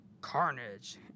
Carnage